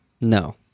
No